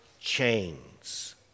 chains